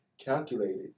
calculated